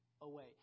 away